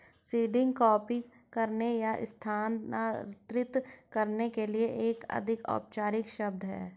seeding copy करने या स्थानांतरित करने के लिए एक अधिक औपचारिक शब्द है